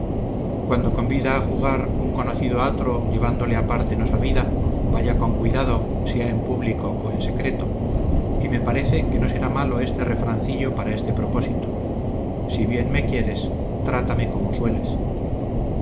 cuando convida a jugar un conocido a otro llevándole a parte no sabida vaya con cuidado sea en público o en secreto y me parece que no será malo este refrancillo para este propósito si bien me quieres trátame como sueles